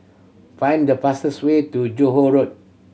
find the fastest way to Johore Road